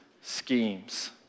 schemes